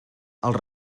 els